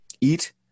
Eat